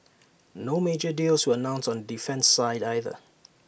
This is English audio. no major deals were announced on the defence side either